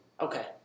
Okay